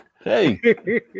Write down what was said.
Hey